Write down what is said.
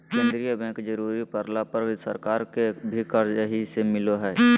केंद्रीय बैंक जरुरी पड़ला पर सरकार के भी कर्जा यहीं से मिलो हइ